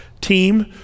team